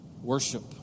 Worship